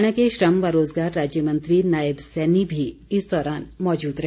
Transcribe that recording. हरियाणा के श्रम व रोज़गार राज्य मंत्री नायब सैनी मी इस दौरान मौजूद रहे